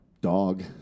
Dog